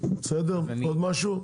עוד משהו?